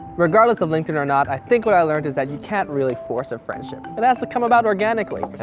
regardless of linkedin or not, i think what i learned is that you can't really force a friendship. it has to come about organically.